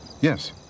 Yes